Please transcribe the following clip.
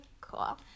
cool